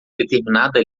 determinada